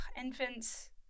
Infants